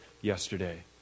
yesterday